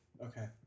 Okay